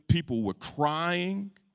people were crying.